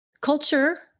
culture